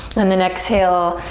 and then exhale,